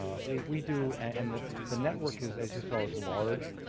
we we do and the the network is as you saw is large,